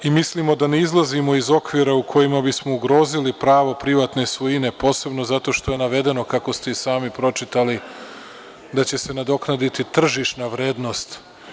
Mislimo da ne izlazimo iz okvira u kojima bismo ugrozili pravo privatne svojine, posebno zato što je navedeno, kako ste sami pročitali, da će se nadoknaditi tržišna vrednost.